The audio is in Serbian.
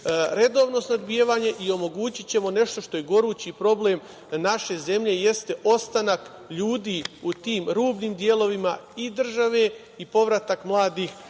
redovno snabdevanje i omogućićemo nešto što je gorući problem naše zemlje jeste ostanak ljudi u tim u rudnim delovima i države i povratak mladih